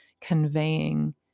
conveying